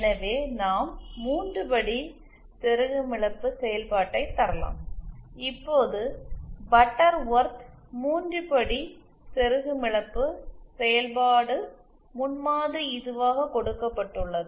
எனவே நாம் 3 படி செருகும் இழப்பு செயல்பாட்டை தரலாம் இப்போது பட்டர்வொர்த் 3 படி செருகும் இழப்பு செயல்பாடு முன்மாதிரி இதுவாக கொடுக்கப்பட்டுள்ளது